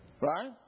Right